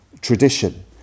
tradition